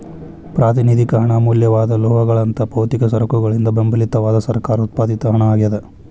ಪ್ರಾತಿನಿಧಿಕ ಹಣ ಅಮೂಲ್ಯವಾದ ಲೋಹಗಳಂತಹ ಭೌತಿಕ ಸರಕುಗಳಿಂದ ಬೆಂಬಲಿತವಾದ ಸರ್ಕಾರ ಉತ್ಪಾದಿತ ಹಣ ಆಗ್ಯಾದ